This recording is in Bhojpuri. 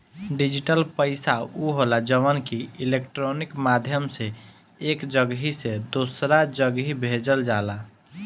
डिजिटल पईसा उ होला जवन की इलेक्ट्रोनिक माध्यम से एक जगही से दूसरा जगही भेजल जाला